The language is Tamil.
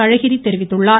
அழகிரி தெரிவித்துள்ளார்